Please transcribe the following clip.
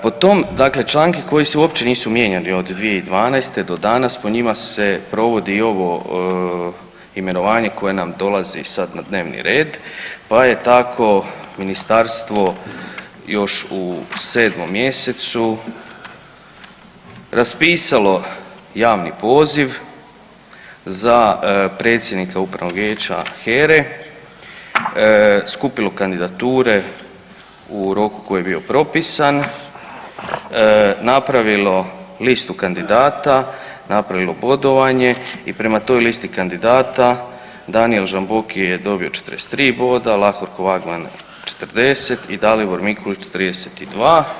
Po tom, dakle članke koji se uopće nisu mijenjali od 2012. do danas po njima se provodi i ovo imenovanje koje nam dolazi sad na dnevni red, pa je tako ministarstvo još u 7. mjesecu raspisalo javni poziv za predsjednika upravnog vijeća HERA-e, skupilo kandidature u roku koji je bio propisan, napravilo listu kandidata, napravilo bodovanje i prema toj listi kandidata Danijel Žamboki je dobio 43 boda, Lahorko Wagmann 40 i Dalibor Mikulić 32.